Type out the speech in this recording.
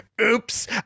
Oops